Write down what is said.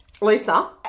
Lisa